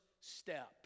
step